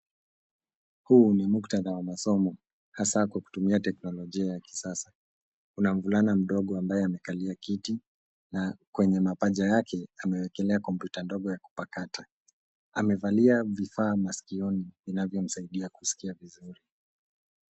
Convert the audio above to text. Huu ni muktadha wa masomo hasa kutumia teknolojia ya kisasa. Kuna mvulana mdogo ambaye amekalia kiti na kwenye mapaja yake amewekela kompyuta ndogo ya kupakata. Amevalia vifaa masikioni vinavyomsaidia kusikia vizuri.